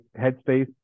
headspace